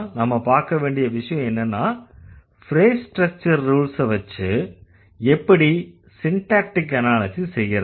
நாம பார்க்க வேண்டிய விஷயம் என்னன்னா ஃப்ரேஸ் ஸ்ட்ரக்சர் ரூல்ஸ வெச்சு எப்படி சின்டேக்டிக் அனாலிஸிஸ் செய்யறது